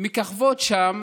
מככבות שם